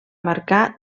marcar